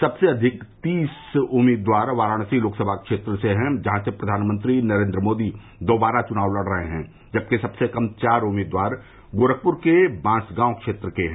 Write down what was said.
सबसे अधिक तीस उम्मीदवार वाराणसी लोकसभा क्षेत्र से हैं जहां से प्रधानमंत्री नरेन्द्र मोदी दोबारा चुनाव लड़ रहे हैं जबकि सबसे कम चार उम्मीदवार गोरखपुर के बांसगांव क्षेत्र के हैं